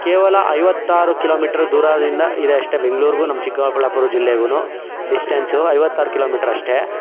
ಕೇವಲ ಐವತ್ತಾರು ಕಿಲೋಮೀಟ್ರ್ ದೂರದಿಂದ ಇದೆ ಅಷ್ಟೇ ಬೆಂಗಳೂರಿಗೂ ನಮ್ಮ ಚಿಕ್ಕಬಳ್ಳಾಪುರ ಜಿಲ್ಲೆಗೂ ಡಿಸ್ಟೆನ್ಸು ಐವತ್ತಾರು ಕಿಲೋಮೀಟರ್ ಅಷ್ಟೇ